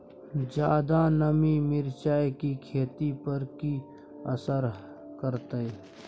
ज्यादा नमी मिर्चाय की खेती पर की असर करते?